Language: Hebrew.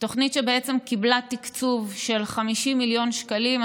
תוכנית שקיבלה תקציב של 50 מיליון שקלים,